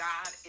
God